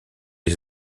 les